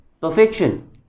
perfection